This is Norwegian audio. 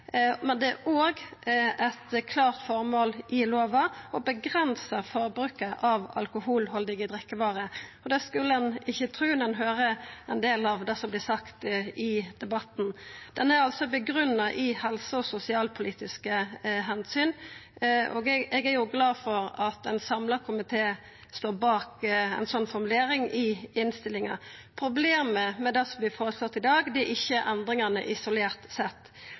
men det er òg eit klart føremål i lova å avgrensa forbruket av alkoholhaldige drikkevarer. Det skulle ein ikkje tru når ein høyrer en del av det som vert sagt i debatten. Han er altså grunngjeven i helse- og sosialpolitiske omsyn, og eg er jo glad for at ein samla komité står bak ei slik formulering i innstillinga. Problemet med det som vert føreslått i dag, er ikkje endringane isolert sett.